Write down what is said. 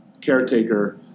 caretaker